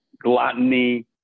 gluttony